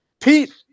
Pete